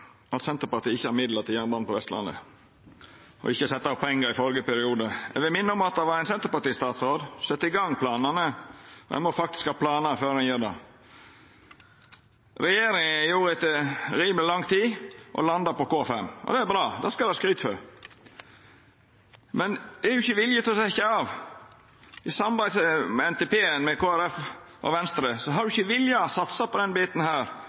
at Senterpartiet ikkje har midlar til jernbane på Vestlandet og ikkje sette av pengar i førre periode. Eg vil minna om at det var ein Senterparti-statsråd som sette i gang planane – ein må faktisk ha planar før ein gjer det. Regjeringa har etter rimeleg lang tid landa på K5-alternativet. Det er bra, det skal dei ha skryt for. Men det er jo ikkje vilje til å satsa – i samarbeidet om NTP-en med Kristeleg Folkeparti og Venstre har dei ikkje villa satsa på denne biten